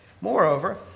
Moreover